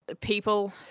people